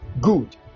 Good